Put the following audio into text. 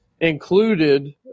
included